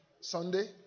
Sunday